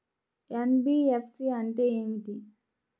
NBFC అంటే ఏమిటి?